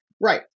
Right